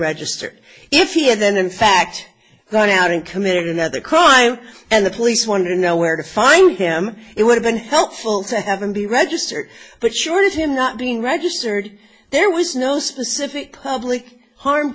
registered if he is then in fact going out and committed another crime and the police wonder know where to find him it would have been helpful to have him be registered but short of him not being registered there was no specific public harm